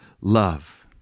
love